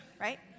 right